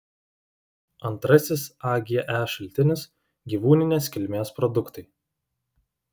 antrasis age šaltinis gyvūninės kilmės produktai